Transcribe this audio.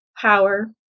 power